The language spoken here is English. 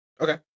okay